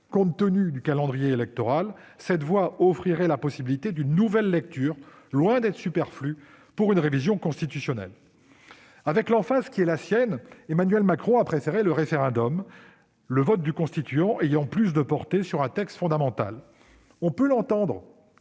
Compte tenu du calendrier électoral, cette voie offrirait la possibilité d'une nouvelle lecture, loin d'être superflue s'agissant d'une révision constitutionnelle. Avec l'emphase qui est la sienne, Emmanuel Macron a préféré le référendum, un vote du Constituant ayant plus de portée sur un texte fondamental. On aurait pu l'entendre